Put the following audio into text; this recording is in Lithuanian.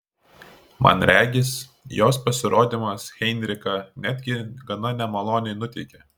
man regis jos pasirodymas heinrichą netgi gana nemaloniai nuteikė